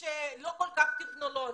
לא כל כך טכנולוגי,